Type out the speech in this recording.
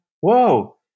whoa